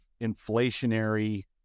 inflationary